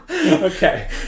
okay